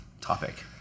topic